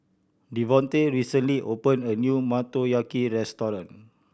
Davonte recently opened a new Motoyaki Restaurant